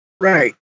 Right